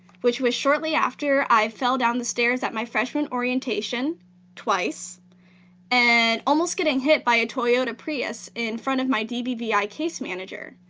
which was shortly after i fell down the stairs at my freshman orientation twice and almost getting hit by a toyota prius in front of my dbvi case manager,